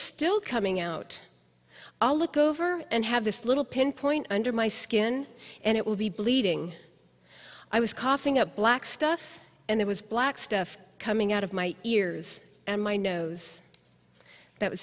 still coming out i'll look over and have this little pinpoint under my skin and it will be bleeding i was coughing up black stuff and there was black stuff coming out of my ears and my nose that w